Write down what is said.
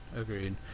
agreed